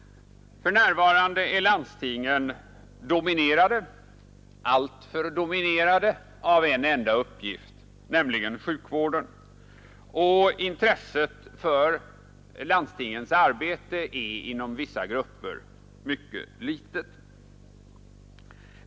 För närvarande är landstingen dominerade — alltför dominerade — av en enda uppgift, nämligen sjukvården. Och intresset för landstingens arbete är inom vissa grupper mycket litet.